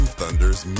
Thunders